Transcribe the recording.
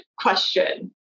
question